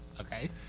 Okay